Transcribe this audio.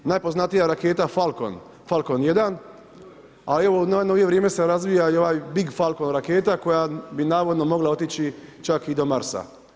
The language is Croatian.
Najpoznatija raketa Falcon 1, ali evo u najnovije vrijeme se razvija i ovaj Big Falcon raketa koja bi navodno mogla otići čak i do Marsa.